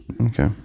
Okay